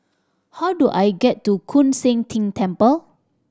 how do I get to Koon Seng Ting Temple